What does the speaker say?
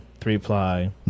three-ply